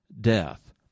death